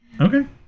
Okay